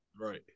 right